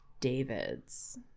David's